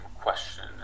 question